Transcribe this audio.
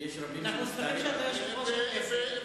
אנחנו שמחים שאתה יושב-ראש הכנסת.